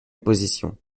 position